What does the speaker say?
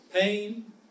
pain